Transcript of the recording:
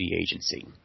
agency